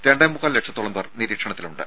രണ്ടേമുക്കാൽ ലക്ഷത്തോളം പേർ നിരീക്ഷണത്തിലുണ്ട്